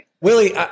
Willie